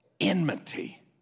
enmity